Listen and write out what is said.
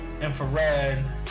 Infrared